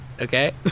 okay